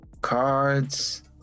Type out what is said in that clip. Cards